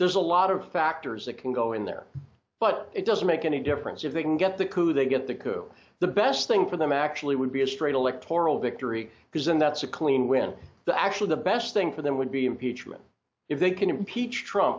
there's a lot of factors that can go in there but it doesn't make any difference if they can get the coup they get the coup the best thing for them actually would be a straight electoral victory because then that's a clean win the actually the best thing for them would be impeachment if they can impeach trump